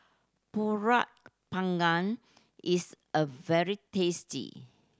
Pulut Panggang is a very tasty